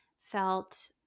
felt